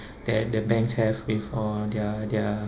that the banks have with uh their their